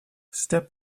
step